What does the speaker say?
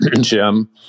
Jim